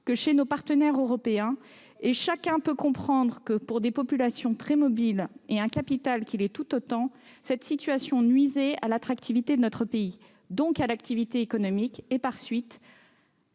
que chez nos partenaires européens. Chacun peut comprendre que, pour des populations très mobiles, et un capital qui l'est tout autant, cette situation nuisait à l'attractivité de notre pays, donc à l'activité économique et, par suite,